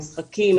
את המשחקים,